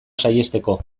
saihesteko